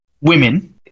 women